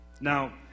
Now